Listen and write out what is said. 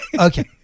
okay